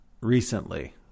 recently